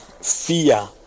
fear